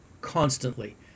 constantly